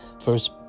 first